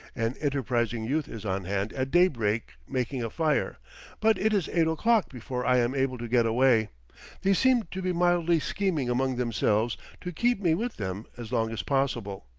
an enterprising youth is on hand at daybreak making a fire but it is eight o'clock before i am able to get away they seem to be mildly scheming among themselves to keep me with them as long as possible.